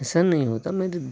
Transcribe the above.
ऐसा नहीं होता मैं द